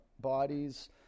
bodies